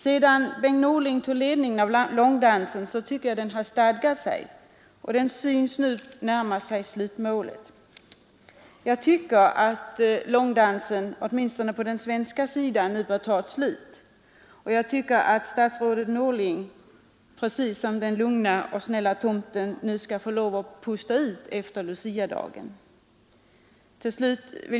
Sedan Bengt Norling tog ledningen av långdansen tycker jag att den har stadgat sig, och den synes nu närma sig slutmålet. Nu bör långdansen, åtminstone på den svenska sidan, ta slut. Jag tycker att statsrådet Norling precis som den lugne och snälle tomten nu skall få pusta ut efter Luciadagen.